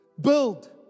Build